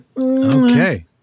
okay